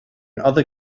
other